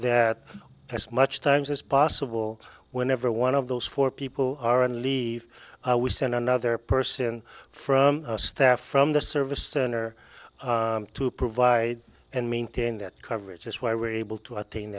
that as much times as possible whenever one of those four people are on leave we send another person from staff from the service center to provide and maintain that coverage is where we're able to attain